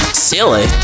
silly